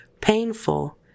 painful